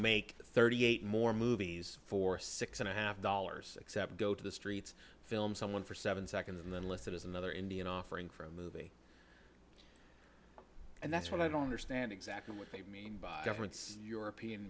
make thirty eight more movies for six and a half dollars except go to the streets film someone for seven seconds and then list it as another indian offering for a movie and that's what i don't understand exactly what they mean by governments european